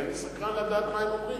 אז אני סקרן לדעת מה הם אומרים.